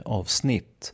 avsnitt